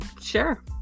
Sure